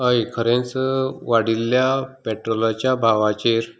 हय खरेंच वाडिल्ल्या पेट्रोलाच्या भावाचेर